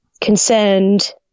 concerned